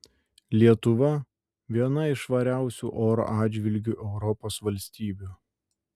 lietuva viena iš švariausių oro atžvilgiu europos valstybių